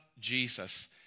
Jesus